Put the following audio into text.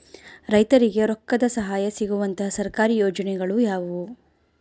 ರೈತರಿಗೆ ರೊಕ್ಕದ ಸಹಾಯ ಸಿಗುವಂತಹ ಸರ್ಕಾರಿ ಯೋಜನೆಗಳು ಯಾವುವು?